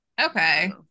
okay